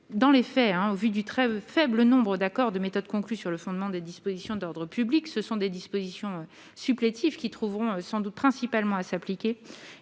dans les faits en vue du très faible nombre d'accords de méthode conclu sur le fondement des dispositions d'ordre public, ce sont des dispositions supplétives qui trouveront sans doute principalement à s'appliquer